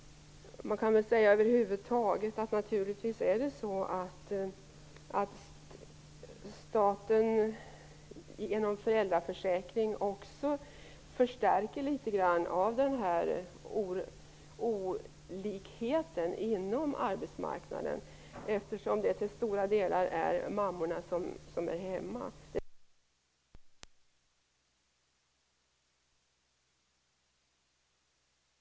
Man kan säga över huvud taget att staten genom föräldraförsäkring också förstärker olikheterna inom arbetsmarknaden. Till stora delar är det ju mammor som stannar hemma. Det skapas också en annorlunda arbetsmarknad för många kvinnor genom ständiga vikariat. Vi kan inte bortse från att även när vi önskar väl kan det få avigsidor. Inte ens Berit Andnor vill väl ta bort föräldraförsäkringen.